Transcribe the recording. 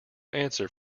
answer